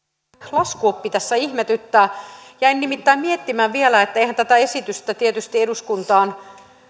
laskuoppi tässä ihmetyttää jäin nimittäin miettimään vielä että eihän tätä esitystä tietysti eduskuntaan